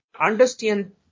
Understand